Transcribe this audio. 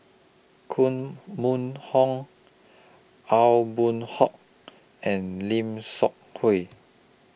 Koh Mun Hong Aw Boon Haw and Lim Seok Hui